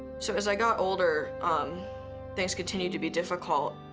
so as i got older um things continued to be difficult.